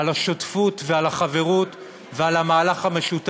אני רוצה להודות ליואב קיש על השותפות ועל החברות ועל המהלך המשותף,